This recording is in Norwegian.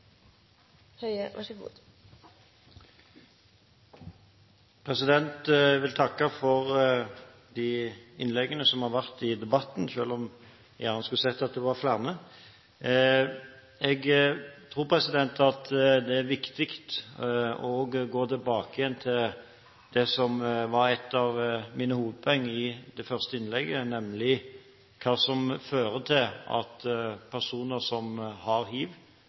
Jeg vil takke for innleggene i debatten, selv om jeg gjerne skulle sett at det hadde vært flere. Jeg tror det er viktig å gå tilbake til det som var et av mine hovedpoeng i mitt første innlegg, nemlig hva som gjør at personer som har hiv,